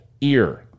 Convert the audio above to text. ear